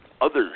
Others